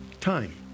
Time